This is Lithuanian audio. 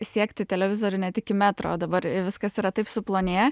siekti televizorių net iki metro o dabar viskas yra taip suplonėję